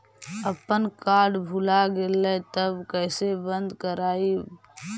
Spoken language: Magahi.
अपन कार्ड भुला गेलय तब कैसे बन्द कराइब?